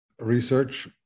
research